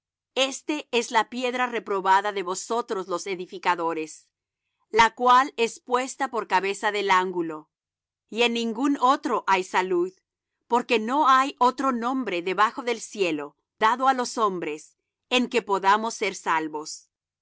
este es la piedra reprobada de vosotros los edificadores la cual es puesta por cabeza del ángulo y en ningún otro hay salud porque no hay otro nombre debajo del cielo dado á los hombres en que podamos ser salvos